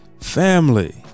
family